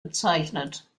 bezeichnet